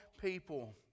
people